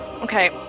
Okay